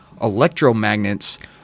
electromagnets